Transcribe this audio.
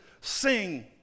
sing